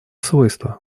свойства